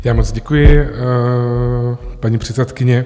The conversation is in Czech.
Já moc děkuji, paní předsedkyně.